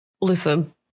listen